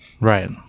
Right